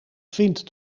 vind